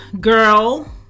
girl